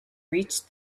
reached